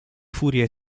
furie